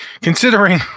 considering